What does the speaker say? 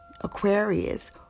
Aquarius